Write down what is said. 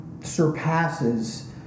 surpasses